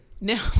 No